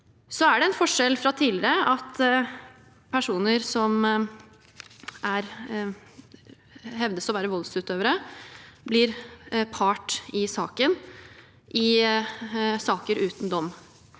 En annen forskjell fra tidligere er at personer som hevdes å være voldsutøvere, blir part i saken i saker uten dom.